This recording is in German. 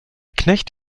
knecht